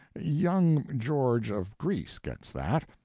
young george of greece gets that.